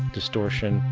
distortion,